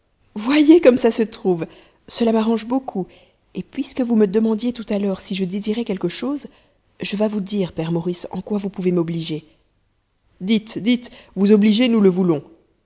voyez comme ça se trouve cela m'arrange beaucoup et puisque vous me demandiez tout à l'heure si je désirais quelque chose je vas vous dire père maurice en quoi vous pouvez m'obliger dites dites vous obliger nous le voulons